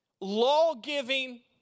law-giving